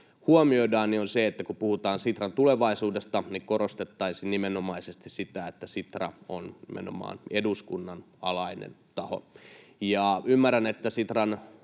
huomioitavan, on se, että kun puhutaan Sitran tulevaisuudesta, niin korostettaisiin nimenomaisesti sitä, että Sitra on nimenomaan eduskunnan alainen taho. Ymmärrän, että Sitran